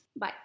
bye